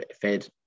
fed